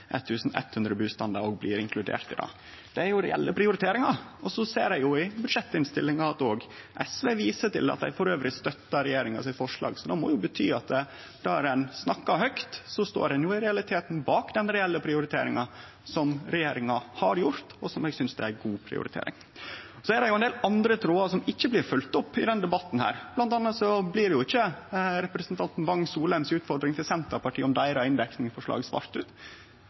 1 100 husstandar blir inkluderte. Det er reelle prioriteringar. Så ser eg i budsjettinnstillinga at SV viser til at dei støttar regjeringa sitt forslag, og det må bety at der ein har snakka høgt, står ein i realiteten bak den reelle prioriteringa som regjeringa har gjort, og som eg synest er ei god prioritering. Ein del andre trådar blir ikkje følgde opp i denne debatten. Blant anna blir ikkje representanten Wang Soleim si utfordring til Senterpartiet om deira inndekning i forslaget svara ut.